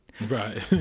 right